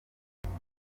nguko